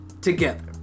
Together